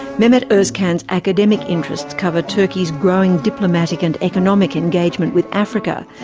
mehmet ozkan's academic interests cover turkey's growing diplomatic and economic engagement with africa,